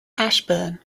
ashburn